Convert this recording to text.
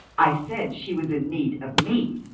i said she was in need of me,